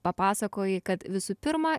papasakojai kad visų pirma